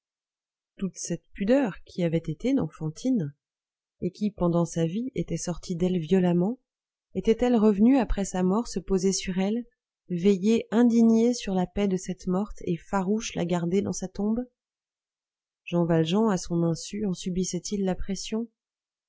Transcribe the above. toute cette pudeur qui avait été dans fantine et qui pendant sa vie était sortie d'elle violemment était-elle revenue après sa mort se poser sur elle veiller indignée sur la paix de cette morte et farouche la garder dans sa tombe jean valjean à son insu en subissait il la pression